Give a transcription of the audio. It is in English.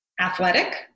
athletic